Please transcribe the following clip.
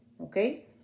okay